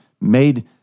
made